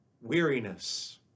weariness